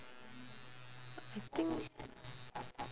I think